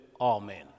Amen